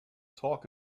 talk